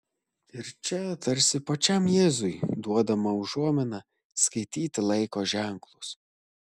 ir čia tarsi pačiam jėzui duodama užuomina skaityti laiko ženklus